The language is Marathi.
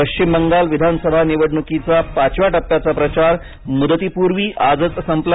पश्चिम बंगाल विधानसभा निवडणुकीचा पाचव्या टप्प्याचा प्रचार मुदतीपूर्वी आजच संपला